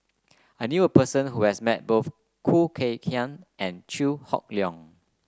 I knew a person who has met both Khoo Kay Hian and Chew Hock Leong